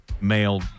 male